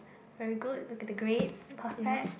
very good with the grades perfect